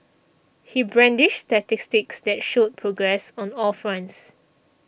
he brandished statistics that showed progress on all fronts